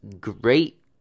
great